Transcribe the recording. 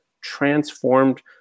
transformed